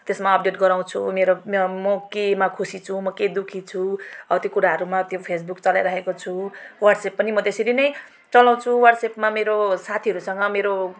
त्यसमा अपडेट गराउँछु मेरो म म केमा खुसी छु म के दुःखी छु हौ त्यो कुराहरूमा त्यो फेसबुक चलाइरहेको छु वाट्सएप पनि म त्यसरी नै चलाउँछु वाट्सएपमा मेरो साथीहरूसँग मेरो